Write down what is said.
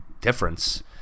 difference